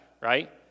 right